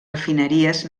refineries